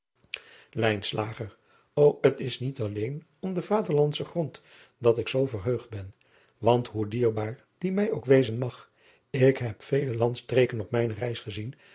ô et is niet alleen om den vaderlandschen grond dat ik zoo verheugd ben want hoe dierbaar die mij ook wezen mag ik heb vele and driaan oosjes zn et leven van aurits ijnslager streken op mijne reis gezien